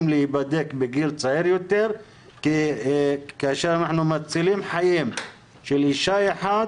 להיבדק בגיל צעיר יותר כי כאשר אנחנו מצילים חיים של אישה אחת,